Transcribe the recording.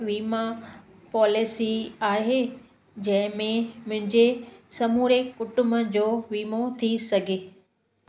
वीमा पॉलिसी आहे जंहिंमें मुंहिंजे समूरे कुटुंब जो वीमो थी सघे